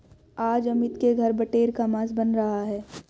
आज अमित के घर बटेर का मांस बन रहा है